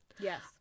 Yes